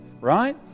right